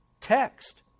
text